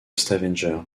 stavanger